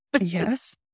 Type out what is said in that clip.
Yes